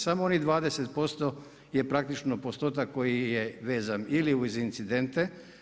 Samo onih 20Ž5 je praktično postotak koji je vezan ili uz incidente.